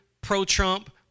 pro-Trump